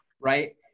Right